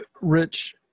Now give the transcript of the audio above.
Rich